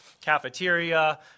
cafeteria